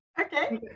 Okay